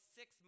six